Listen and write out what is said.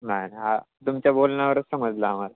नाही ना तुमच्या बोलण्यावरच समजलं आम्हाला